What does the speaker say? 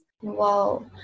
Wow